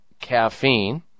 caffeine